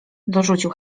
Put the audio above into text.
dorzucił